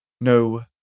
No